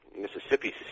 Mississippi